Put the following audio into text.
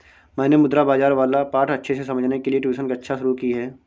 मैंने मुद्रा बाजार वाला पाठ अच्छे से समझने के लिए ट्यूशन कक्षा शुरू की है